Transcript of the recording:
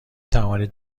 توانید